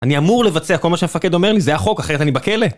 אני אמור לבצע כל מה שהמפקד אומר לי, זה החוק, אחרת אני בכלא.